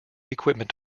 equipment